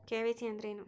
KYC ಅಂದ್ರೇನು?